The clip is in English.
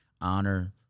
honor